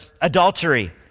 adultery